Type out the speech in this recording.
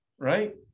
Right